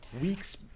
weeks